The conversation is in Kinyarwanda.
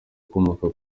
ukomoka